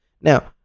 now